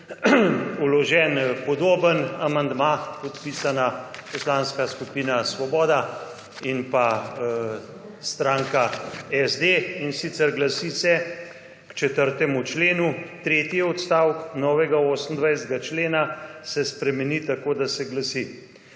vložen podoben amandma, podpisana Poslanska skupina Svoboda in pa stranka SD, in sicer glasi se, k 4. členu tretji odstavek novega 28. člena se spremeni tako, da se glasi: